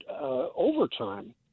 overtime